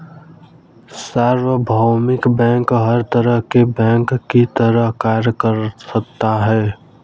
सार्वभौमिक बैंक हर तरह के बैंक की तरह कार्य कर सकता है